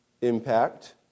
impact